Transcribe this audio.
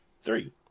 Three